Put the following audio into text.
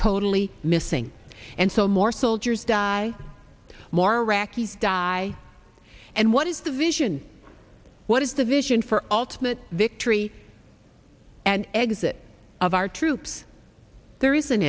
totally missing and so more soldiers die more iraqis die and what is the vision what is the vision for alternate victory and exit of our troops there isn't